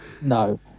No